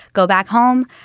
go back home.